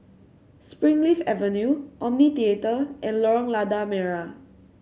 Springleaf Avenue Omni Theatre and Lorong Lada Merah